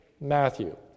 Matthew